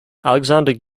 alexander